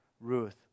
Ruth